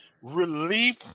relief